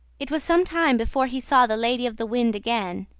it was some time before he saw the lady of the wind again.